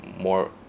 more